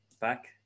back